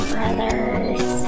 Brothers